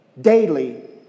daily